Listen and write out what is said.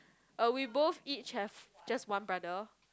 uh we both each have just one brother